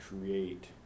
create